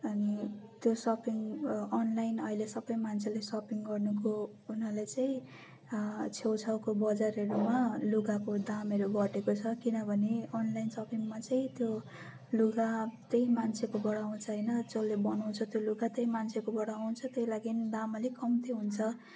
अनि त्यो shopping online अहिले सबै मान्छेले सपिङ गर्नुको हुनाले चाहिँ छेउछाउको बजारहरूमा लुगाको दामहरू घटेको छ किनभने अनलाइन सपिङमा चाहिँ त्यो लुगा त्यही मान्छेकोबाट आउँछ होइन जसले बनाउँछ त्यो लुगा त्यही मान्छेकोबाट आउँछ त्यही लाग दाम अलिक कम्ती हुन्छ